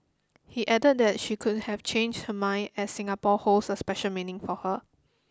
he added that she could have changed her mind as Singapore holds a special meaning for her